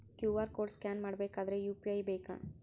QR code scan ಮಾಡಬೇಕಾದರೆ UPI ಬೇಕಾ?